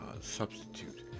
substitute